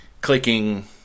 clicking